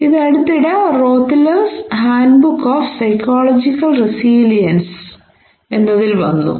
ഇത് അടുത്തിടെ Routledge's handbook of psychological resilience എന്നതിൽ വന്നു